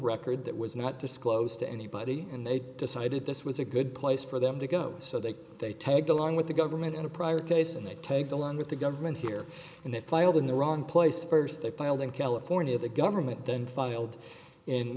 record that was not disclosed to anybody and they decided this was a good place for them to go so that they tagged along with the government in a prior case and they tagged along with the government here and they filed in the wrong place first they filed in california the government then filed in